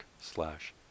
slash